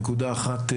נקודה אחת.